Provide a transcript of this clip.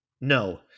No